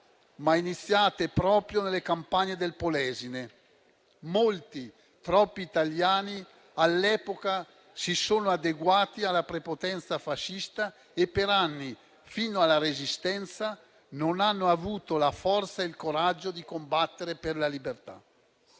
iniziate proprio nelle campagne del Polesine; molti, troppi italiani all'epoca si sono adeguati alla prepotenza fascista e per anni, fino alla Resistenza, non hanno avuto la forza e il coraggio di combattere per la libertà.